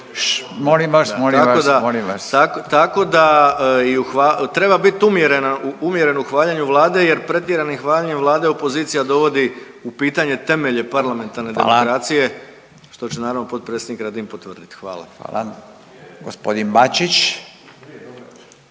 molim vas, molim vas./… Tako da treba biti umjeren u hvaljenju Vlade jer pretjeranim hvaljenjem Vlade opozicija dovodi u pitanje temelje parlamentarne demokracije … …/Upadica Radin: Hvala./… … što će naravno potpredsjednik Radin potvrditi. Hvala. **Radin, Furio